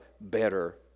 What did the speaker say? better